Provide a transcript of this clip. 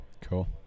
Cool